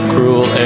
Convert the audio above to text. Cruel